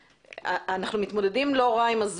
אני משאירה את זה פתוח.